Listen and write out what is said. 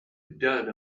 done